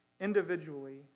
individually